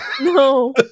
No